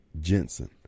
Jensen